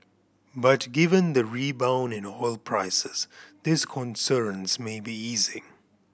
but given the rebound in oil prices these concerns may be easing